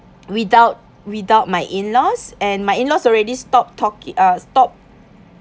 without without my in-laws and my in-laws already stop talki~ uh stop